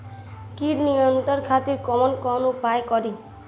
कीट नियंत्रण खातिर कवन कवन उपाय करी?